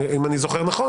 אם אני זוכר נכון,